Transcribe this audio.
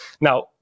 Now